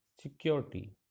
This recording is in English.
security